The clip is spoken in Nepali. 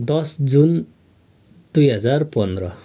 दस जुन दुई हजार पन्ध्र